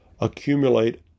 accumulate